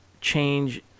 change